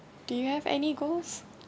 do you have any goals